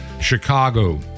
Chicago